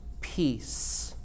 peace